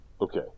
Okay